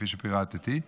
כפי שפירטתי,